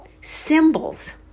symbols